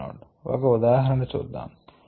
ఒక ఉదాహరణ చూద్దాము